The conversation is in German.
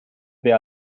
wer